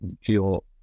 feel